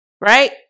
right